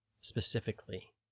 specifically